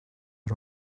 are